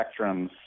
spectrums